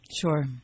Sure